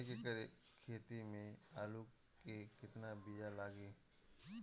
एक एकड़ खेती में आलू के कितनी विया लागी?